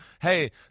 hey